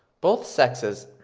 both sexes,